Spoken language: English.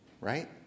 right